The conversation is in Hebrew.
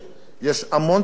יש המון שאלות,